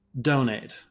donate